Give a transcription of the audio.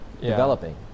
developing